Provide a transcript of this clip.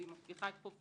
והיא מבטיחה את חופש